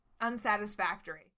unsatisfactory